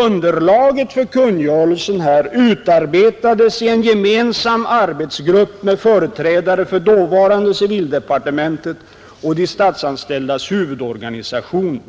Underlaget för kungörelsen utarbetades i en gemensam arbetsgrupp med företrädare för dåvarande civildepartementet och de statsanställdas huvudorganisationer.